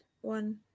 one